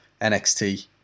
NXT